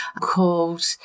called